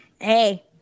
hey